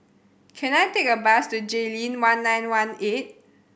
can I take a bus to Jayleen One Nine One Eight